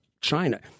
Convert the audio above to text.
China